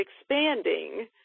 expanding